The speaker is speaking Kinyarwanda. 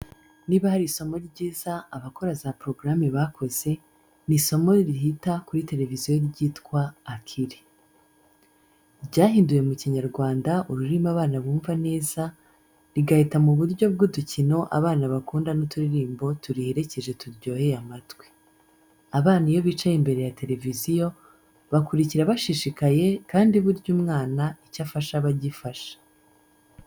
Niba hari isomo ryiza abakora za "programmes" bakoze, ni isomo rihita kuri televiziyo ryitwa "Akili". Ryahinduwe mu Kinyarwanda ururimi abana bumva neza, rigahita mu buryo bw'udukino abana bakunda n'uturirimbo turiherekeje turyoheye amatwi. Abana iyo bicaye imbere ya televisiyo, bakurikira bashishikaye kandi burya umwana icyo afashe aba agifashe.